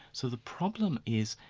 so the problem is,